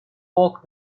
walk